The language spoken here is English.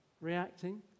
reacting